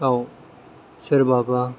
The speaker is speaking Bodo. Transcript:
आव सोरबा बा